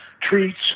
treats